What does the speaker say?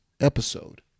episode